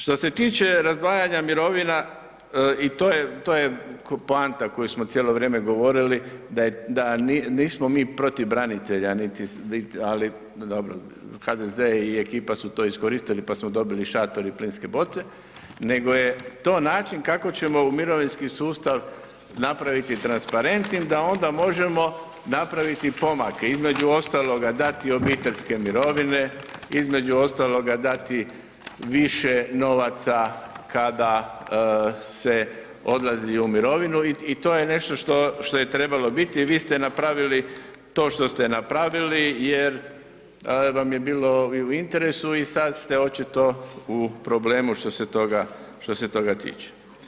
Što se tiče razdvajanja mirovina i to je poanta koju smo cijelo vrijeme govorili, da nismo mi protiv branitelja, ali dobro HDZ i ekipa su to iskoristili pa smo dobili šator i plinske boce, nego je to način kako ćemo u mirovinski sustav napraviti transparentnim da onda možemo napraviti pomake, između ostaloga dati obiteljske mirovine, između ostaloga dati više novaca kada se odlazi u mirovinu i to je nešto što je trebalo biti i vi ste napravili to što ste napravili jer vam je bilo u interesu i sada ste očito u problemu što se toga tiče.